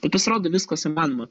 o pasirodo viskas įmanoma